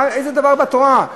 איזה דבר בתורה?